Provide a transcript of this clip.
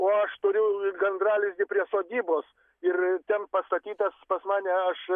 o aš turiu gandralizdį prie sodybos ir ten pastatytas pas mane aš